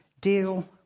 Deal